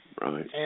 Right